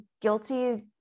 guilty